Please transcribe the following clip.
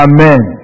Amen